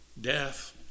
death